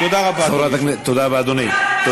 תודה רבה, אדוני היושב-ראש.